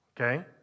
Okay